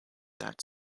that